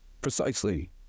Precisely